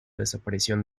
desaparición